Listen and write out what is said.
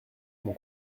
mon